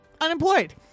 unemployed